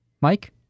Mike